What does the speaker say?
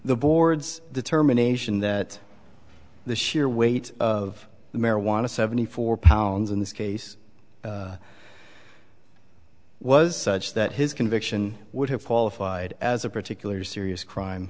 the board's determination that the sheer weight of the marijuana seventy four pounds in this case was such that his conviction would have qualified as a particular serious crime